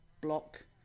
block